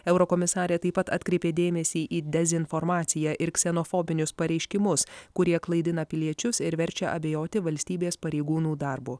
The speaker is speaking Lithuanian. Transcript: eurokomisarė taip pat atkreipė dėmesį į dezinformaciją ir ksenofobinius pareiškimus kurie klaidina piliečius ir verčia abejoti valstybės pareigūnų darbu